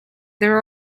there